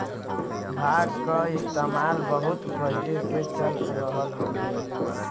भांग क इस्तेमाल बहुत पहिले से चल रहल हउवे